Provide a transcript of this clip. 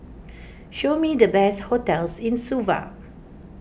show me the best hotels in Suva